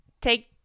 take